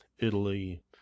Italy